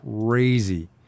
crazy